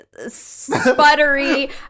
sputtery